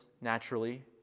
naturally